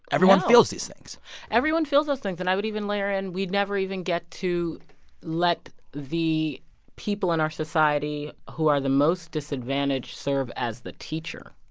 everyone feels these things everyone feels those things. and i would even layer in we never even get to let the people in our society who are the most disadvantaged serve as the teacher,